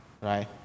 right